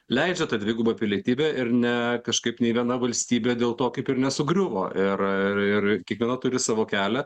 leidžia tą dvigubą pilietybę ir ne kažkaip nei viena valstybė dėl to kaip ir nesugriuvo ir ir ir kiekviena turi savo kelią